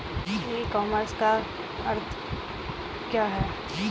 ई commerce का सही अर्थ क्या है?